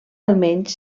almenys